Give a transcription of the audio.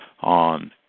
on